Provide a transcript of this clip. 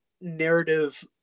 narrative